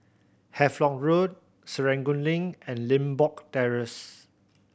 Havelock Road Serangoon Link and Limbok Terrace